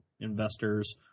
investors